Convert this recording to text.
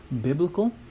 Biblical